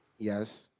yes